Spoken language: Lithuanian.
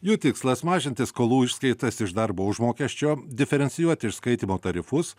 jų tikslas mažinti skolų išskaitas iš darbo užmokesčio diferencijuoti išskaitymo tarifus